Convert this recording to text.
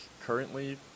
currently